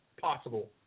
possible